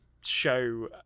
show